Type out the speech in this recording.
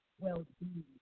well-being